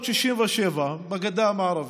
ב-1967 בגדה המערבית,